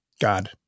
god